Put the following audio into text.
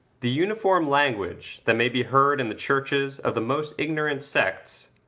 the uniform language that may be heard in the churches of the most ignorant sects,